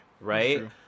Right